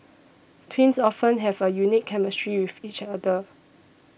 twins often have a unique chemistry with each other